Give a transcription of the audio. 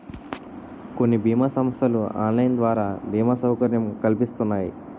కొన్ని బీమా సంస్థలు ఆన్లైన్ ద్వారా బీమా సౌకర్యం కల్పిస్తున్నాయి